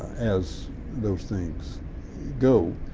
as those things go.